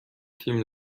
تیم